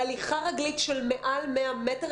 הליכה רגלית של מעל 100 מטר,